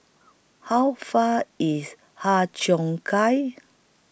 How Far IS Har Cheong Gai